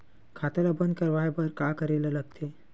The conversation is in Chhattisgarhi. खाता ला बंद करवाय बार का करे ला लगथे?